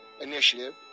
initiative